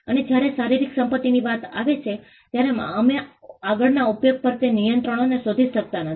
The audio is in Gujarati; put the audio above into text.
અને જ્યારે શારીરિક સંપત્તિની વાત આવે છે ત્યારે અમે આગળના ઉપયોગ પરના તે નિયંત્રણો શોધી શકતા નથી